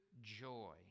joy